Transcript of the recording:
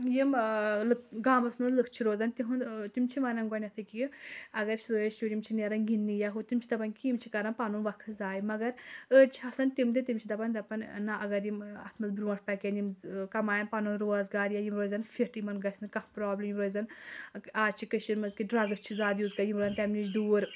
یِم لٕک گامَس منٛز لُکھ چھِ روزان تِہُنٛد تِم چھِ وَنان گۄڈٕنٮ۪تھ ییٚکیٛاہ یہِ اَگر سٲنۍ شُرۍ یِم چھِ نیران گِنٛدنہِ یا ہُہ تِم چھِ دَپان کہِ یِم چھِ کَران پَنُن وقت ضایع مگر أڑۍ چھِ آسان تِم تہِ تِم چھِ دَپان دَپان نَہ اَگر یِم اَتھ منٛز برٛونٛٹھ پَکن یِم کَمایَن پَنُن روزگار یا یِم روزن فِٹھ یِمَن گژھِ نہٕ کانٛہہ پرٛابلِم یِم روزن آز چھِ کٔشیٖرِ منٛز کہِ ڈرٛگٕز چھِ زیادٕ یوٗز یِم روزَن تَمہِ نِش دوٗر